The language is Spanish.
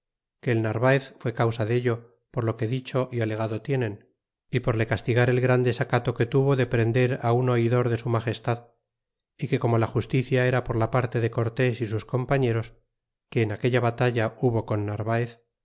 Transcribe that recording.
el narvaez fué causa dello por lo que dicho y alegado tienen y por le castigar el gran desacato que tuvo de prender á un oidor de su magestad y que como la justicia era por la parte de cortés y sus compañeros que en aquella batalla hubo con narvaez